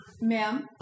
Ma'am